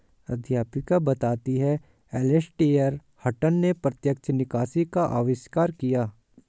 अध्यापिका बताती हैं एलेसटेयर हटंन ने प्रत्यक्ष निकासी का अविष्कार किया